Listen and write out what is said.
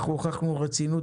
אנחנו הוכחנו רצינות,